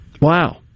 Wow